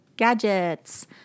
gadgets